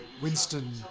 Winston